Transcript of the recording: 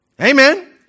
Amen